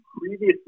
previously